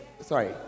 sorry